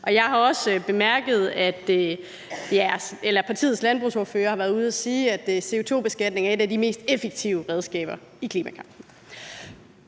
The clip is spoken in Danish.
Jeg har også bemærket, at partiets landbrugsordfører har været ude at sige, at CO2-beskatning er et af de mest effektive redskaber i klimakampen.